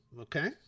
Okay